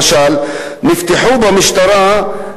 הנושא הפלסטיני לא בראש מעייניהם,